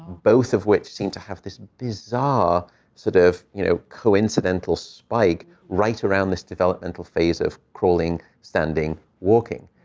both of which seem to have this bizarre sort of, you know, coincidental spike right around this developmental phase of crawling, standing, walking.